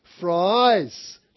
fries